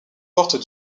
portes